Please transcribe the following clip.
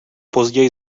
později